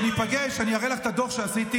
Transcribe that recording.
כשניפגש אני אראה לך את הדוח שעשיתי,